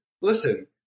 listen